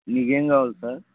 మీకేమి కావాలి సార్